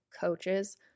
coaches